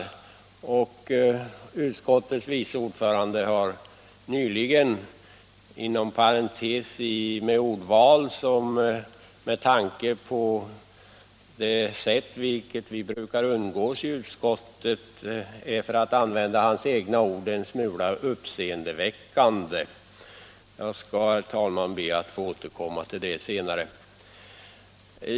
Utskottets vice ordförande har nyss kommenterat dessa — inom parentes sagt med ett ordval som med tanke på det sätt på vilket vi brukar umgås i utskottet är, som han själv uttryckte sig, en smula uppseendeväckande. Jag skall, herr talman, be att få återkomma till det senare.